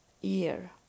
year